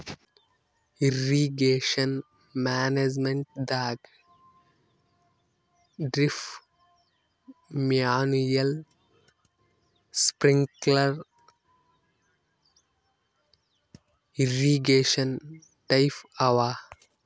irrigation ಮ್ಯಾನೇಜ್ಮೆಂಟದಾಗ್ drip manual sprinkler irrigation type ಅವ